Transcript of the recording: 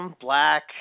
black